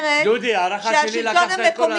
דודי, הערכה שלי, לקחת את כל הליין.